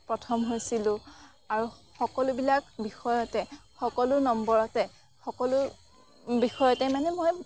প্ৰথম হৈছিলোঁ আৰু সকলোবিলাক বিষয়তে সকলো নম্বৰতে সকলো বিষয়তে মানে মই